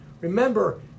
Remember